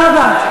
או הצבעה,